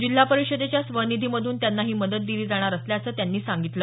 जिल्हा परिषदेच्या स्वनिधी मधून त्यांना ही मदत दिली जाणार असल्याचं त्यांनी सांगितलं